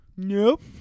nope